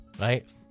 right